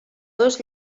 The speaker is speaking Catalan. dos